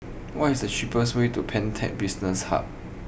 what is the cheapest way to Pantech Business Hub